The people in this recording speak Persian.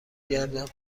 گردم